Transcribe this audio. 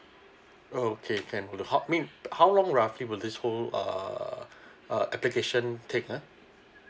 oh okay can will the how I mean how long roughly would this whole err err application take ah